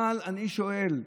אבל אני שואל: